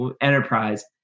enterprise